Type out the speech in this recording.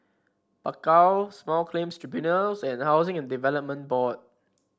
Bakau Small Claims Tribunals and Housing and Development Board